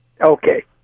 okay